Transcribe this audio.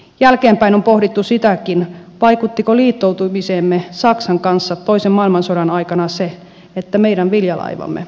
jälkeenpäin on pohdittu sitäkin vaikuttiko liittoutumiseemme saksan kanssa toisen maailmansodan aikana se että meidän viljalaivamme tulivat sieltä